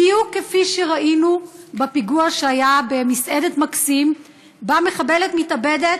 בדיוק כפי שראינו בפיגוע שהיה במסעדת "מקסים": באה מחבלת מתאבדת,